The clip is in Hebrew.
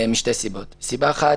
סיבה אחת,